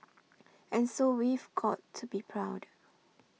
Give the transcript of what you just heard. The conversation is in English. and so we've got to be proud